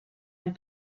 and